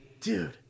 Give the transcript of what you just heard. Dude